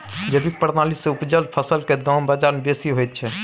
जैविक प्रणाली से उपजल फसल के दाम बाजार में बेसी होयत छै?